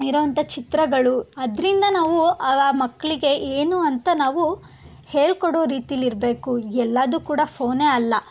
ಇರುವಂಥ ಚಿತ್ರಗಳು ಅದರಿಂದ ನಾವು ಆ ಆ ಮಕ್ಕಳಿಗೆ ಏನು ಅಂತ ನಾವು ಹೇಳಿಕೊಡೋ ರೀತೀಲಿ ಇರಬೇಕು ಎಲ್ಲದೂ ಕೂಡ ಫೋನೇ ಅಲ್ಲ